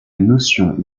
notion